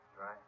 right